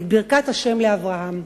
את ברכת השם לאברהם.